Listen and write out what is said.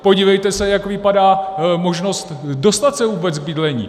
Podívejte se, jak vypadá možnost dostat se vůbec k bydlení.